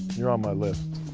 you're on my list.